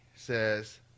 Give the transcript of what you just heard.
says